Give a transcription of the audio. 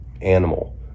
animal